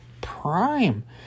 Prime